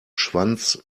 schwanz